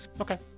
Okay